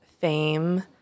fame